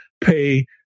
pay